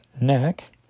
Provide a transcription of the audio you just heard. neck